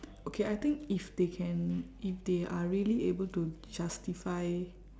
okay I think if they can if they are really able to justify